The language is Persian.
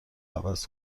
عوض